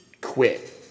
quit